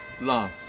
love